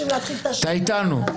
אתה איתנו?